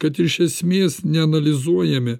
kad iš esmės neanalizuojame